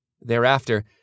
Thereafter